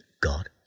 God